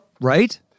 Right